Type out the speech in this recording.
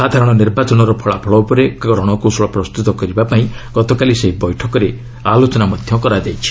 ସାଧାରଣ ନିର୍ବାଚନର ଫଳାଫଳ ଉପରେ ଏକ ରଣକୌଶଳ ପ୍ରସ୍ତୁତ କରିବାପାଇଁ ଗତକାଲି ସେହି ବୈଠକରେ ଆଲୋଚନା ହୋଇଛି